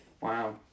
Wow